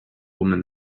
woman